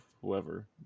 whoever